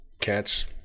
catch